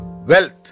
Wealth